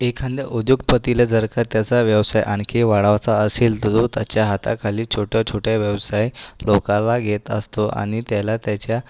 एखाद्या उद्योगपतीला जर का त्याचा व्यवसाय आणखीन वाढवायचा असेल तर तो त्याच्या हाताखाली छोट्या छोट्या व्यवसाय लोकाला घेत असतो आणि त्याला त्याच्या